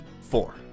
four